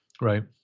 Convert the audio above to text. Right